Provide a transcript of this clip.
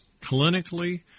clinically